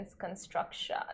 construction